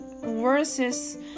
versus